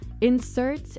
Insert